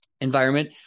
environment